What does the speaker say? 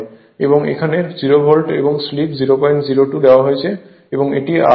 এবং এখানে 0 ভোল্ট এবং স্লিপ 002 দেওয়া হয়েছে